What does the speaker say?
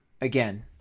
Again